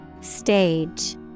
Stage